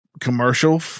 Commercial